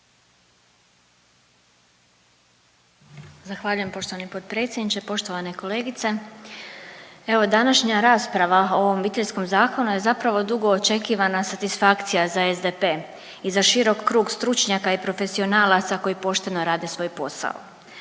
Zahvaljujem poštovani potpredsjedniče, poštovane kolegice. Evo današnja rasprava o ovom Obiteljskom zakonu je zapravo dugo očekivana satisfakcija za SDP i za širok krug stručnjaka i profesionalaca koji pošteno rade svoj posao.